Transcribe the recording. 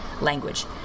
language